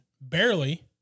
Barely